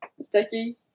sticky